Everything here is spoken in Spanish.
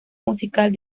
musical